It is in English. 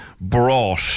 brought